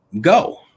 go